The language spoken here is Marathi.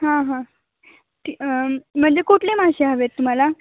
हां हां म्हणजे कुठले मासे हवे आहेत तुम्हाला